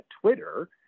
Twitter